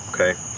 okay